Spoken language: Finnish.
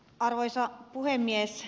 arvoisa puhemies